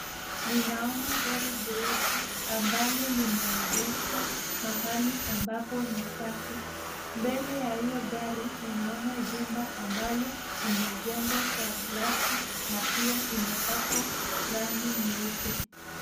Ninaona gari jeusi ambalo limeegeshwa mahali ambapo ni safi. Mbele ya hiyo gari ninaona jumba ambalo limejengwa kwa glasi na pia imepakwa rangi nyeupe.